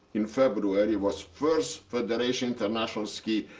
in february, was first federation international ski